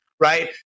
right